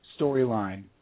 storyline